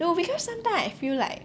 no because sometimes I feel like